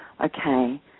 Okay